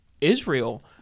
Israel